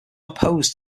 oppose